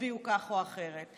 שהצביעו כך או אחרת?